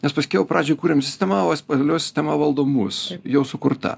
nes paskiau pradžiai kuriam sistemą o s pagaliau sistema valdo mus jau sukurta